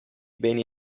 beni